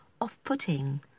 off-putting